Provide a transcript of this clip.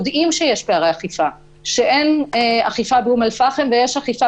ויודעים שאין אכיפה באום אל-פחם ושיש אכיפה